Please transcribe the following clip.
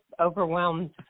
overwhelmed